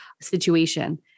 situation